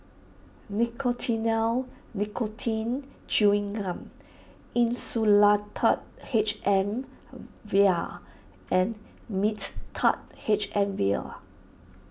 Nicotinell Nicotine Chewing Gum Insulatard H M Vial and Mixtard H M Vial